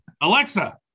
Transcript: Alexa